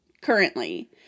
currently